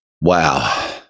Wow